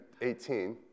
18